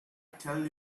tell